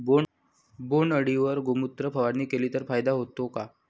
बोंडअळीवर गोमूत्र फवारणी केली तर फायदा होतो का?